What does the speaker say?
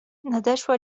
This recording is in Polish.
nadeszła